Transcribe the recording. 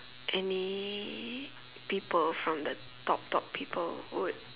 any people from the top top people would